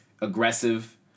aggressive